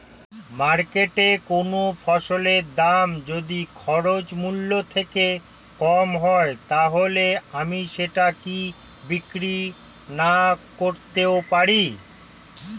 মার্কেটৈ কোন ফসলের দাম যদি খরচ মূল্য থেকে কম হয় তাহলে আমি সেটা কি বিক্রি নাকরতেও পারি?